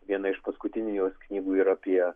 viena iš paskutinių jos knygų yra apie